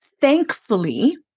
Thankfully